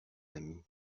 ami